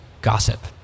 gossip